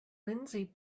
lindsey